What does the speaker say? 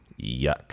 Yuck